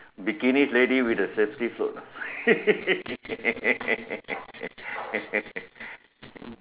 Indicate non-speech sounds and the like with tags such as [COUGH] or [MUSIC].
bikinis ladies with a safety float ah [LAUGHS]